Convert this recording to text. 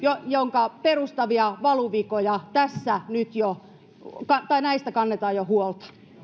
jonka perustavista valuvioista tässä nyt kannetaan huolta